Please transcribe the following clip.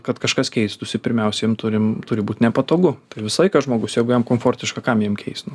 kad kažkas keistųsi pirmiausia jiem turim turi būt nepatogu visą laiką žmogus jeigu jam komfortiška kam jums keist